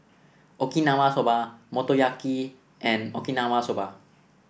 Okinawa Soba Motoyaki and Okinawa Soba